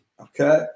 Okay